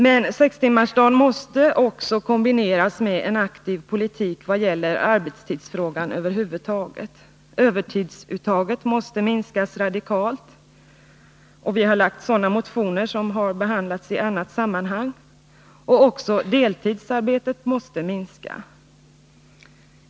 Men sextimmarsdagen måste också kombineras med en aktiv politik vad gäller arbetstidsfrågan över huvud taget. Övertidsuttaget måste minskas radikalt, och vi har väckt motioner i detta syfte, vilka har behandlats i annat sammanhang. Också deltidsarbetet måste minska.